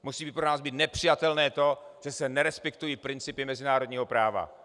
Musí pro nás být nepřijatelné to, že se nerespektují principy mezinárodního práva.